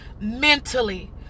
mentally